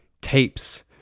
tapes